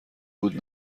بود